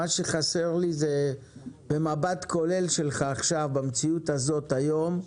מה שחסר לי זה במבט כולל שלך עכשיו במציאות הזאת היום,